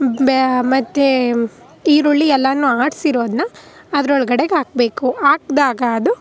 ಮತ್ತು ಈರುಳ್ಳಿ ಎಲ್ಲನೂ ಆರ್ಸಿರೋದನ್ನ ಅದ್ರೊಳ್ಗಡೆಗೆ ಹಾಕಬೇಕು ಹಾಕ್ದಾಗ ಅದು